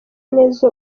neza